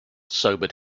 sobered